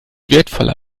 wertvoller